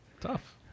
tough